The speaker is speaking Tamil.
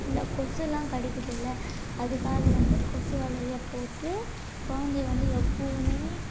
இந்த கொசுவெலாம் கடிக்குதில்ல அதுக்காக வந்து கொசுவலையை போட்டு கொழந்தைய வந்து எப்பவுமே